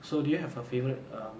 so do you have a favourite um